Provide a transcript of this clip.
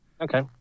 Okay